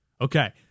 Okay